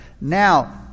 Now